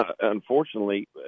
unfortunately